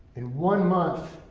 in one month